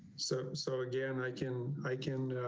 so sort of again i can, i can